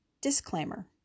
Disclaimer